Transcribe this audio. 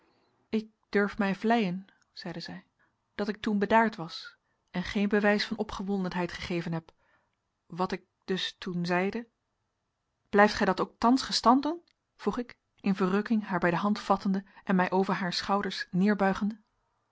ik durf mij vleien zeide zij dat ik toen bedaard was en geen bewijs van opgewondenheid gegeven heb wat ik dus toen zeide blijft gij dat ook thans gestand doen vroeg ik in verrukking haar bij de hand vattende en mij over haar schouders